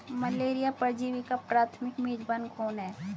Malaria परजीवी का प्राथमिक मेजबान कौन है?